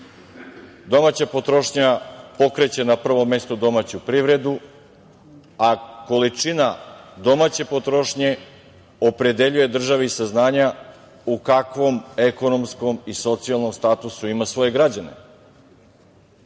Domaća potrošnja pokreće na prvom mestu domaću privredu, a količina domaće potrošnje opredeljuje državi saznanja u kakvom ekonomskom i socijalnom statusu ima svoje građane. Druga